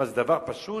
מה, זה דבר פשוט?